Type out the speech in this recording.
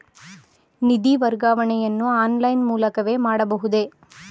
ನಿಧಿ ವರ್ಗಾವಣೆಯನ್ನು ಆನ್ಲೈನ್ ಮೂಲಕವೇ ಮಾಡಬಹುದೇ?